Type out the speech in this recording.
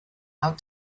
out